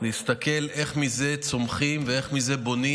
להסתכל איך מזה צומחים ואיך מזה בונים